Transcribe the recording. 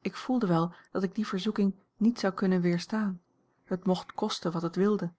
ik voelde wel dat ik die verzoeking niet zou kunnen weerstaan het mocht kosten wat het wilde